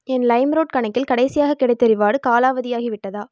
என் LimeRoad கணக்கில் கடைசியாகக் கிடைத்த ரிவார்டு காலாவதியாகிவிட்டதா